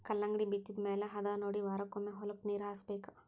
ಕಲ್ಲಂಗಡಿ ಬಿತ್ತಿದ ಮ್ಯಾಲ ಹದಾನೊಡಿ ವಾರಕ್ಕೊಮ್ಮೆ ಹೊಲಕ್ಕೆ ನೇರ ಹಾಸಬೇಕ